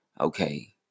okay